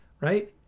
right